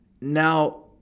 Now